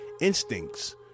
instincts